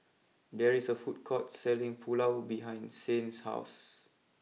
there is a food court selling Pulao behind Saint's house